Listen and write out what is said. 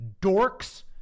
dorks